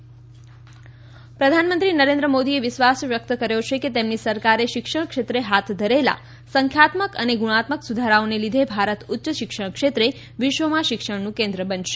Mysore university પ્રધાનમંત્રી નરેન્દ્ર મોદીએ વિશ્વાસ વ્યક્ત કર્યો છે કે તેમની સરકારે શિક્ષણ ક્ષેત્રે હાથ ધરેલા સંખ્યાત્મક અને ગુણાત્મક સુધારાઓના લીધે ભારત ઉચ્ય શિક્ષણ ક્ષેત્રે વિશ્વમાં શિક્ષણનું કેન્દ્ર બનશે